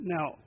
Now